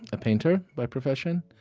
a painter by profession.